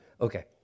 Okay